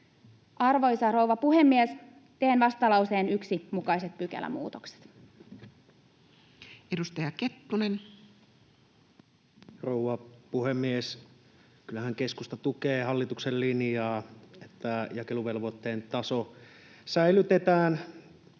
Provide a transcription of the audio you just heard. Arvoisa rouva puhemies! Teen vastalauseen 1 mukaiset pykälämuutokset. Edustaja Kettunen. Rouva puhemies! Kyllähän keskusta tukee hallituksen linjaa, että jakeluvelvoitteen taso säilytetään